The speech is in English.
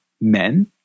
men